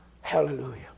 Hallelujah